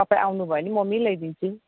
तपाईँ आउनु भयो भने म मिलाइदिन्छु